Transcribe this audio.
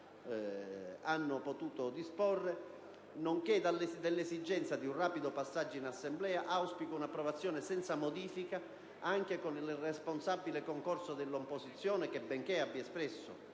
hanno potuto disporre, nonché dell'esigenza di un rapido passaggio in Assemblea, auspico un'approvazione senza modifiche, anche con il responsabile concorso dell'opposizione che, benché abbia espresso